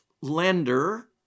lender